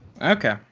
okay